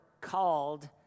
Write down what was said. called